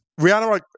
Rihanna